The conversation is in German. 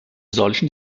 solchen